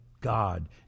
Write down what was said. God